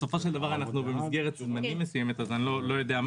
בסופו של דבר אנחנו במסגרת זמנים מסוימת אז אני לא יודע,